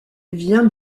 vient